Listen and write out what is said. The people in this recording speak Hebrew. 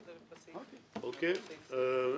אחמד,